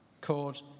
called